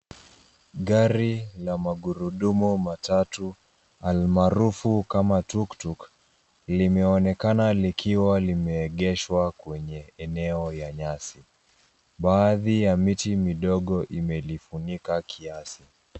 Gari la magurudumu matatu al maarufu kama tuktuk limeonekana likiwa limeegeshwa kwenye eneo ya nyasi. Baadhi ya miti midogo imelifunika kiasi.